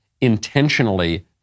intentionally